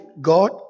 God